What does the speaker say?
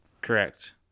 Correct